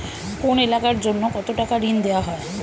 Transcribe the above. কোন এলাকার জন্য কত টাকা ঋণ দেয়া হয়?